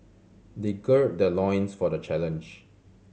they gird their loins for the challenge